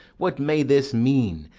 what may this mean,